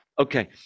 Okay